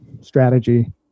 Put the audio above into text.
strategy